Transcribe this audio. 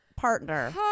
Partner